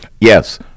Yes